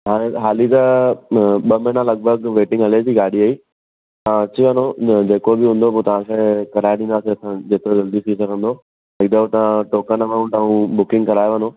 हाणे हाली त ॿ महीना लॻभॻि वेटिंग हले थी गाॾीअ ई तव्हां अची वञो जेको बि हूंदो पोइ तव्हांखे कराए ॾींदासीं असां जेतिरो जल्दी थी सघंदो ईंदव त टोकन अमाउंट ऐं बुकिंग कराए वञो